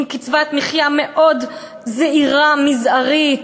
עם קצבת מחיה מאוד זעירה ומזערית,